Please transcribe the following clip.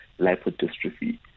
lipodystrophy